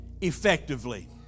effectively